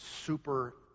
super